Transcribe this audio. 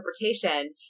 interpretation